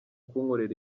kunkorera